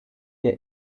ihr